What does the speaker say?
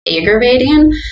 aggravating